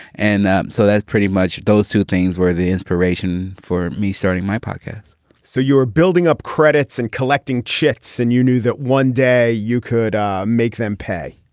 and so that's pretty much. those two things were the inspiration for me starting my podcast so you're building up credits and collecting chits and you knew that one day you could make them pay.